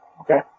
Okay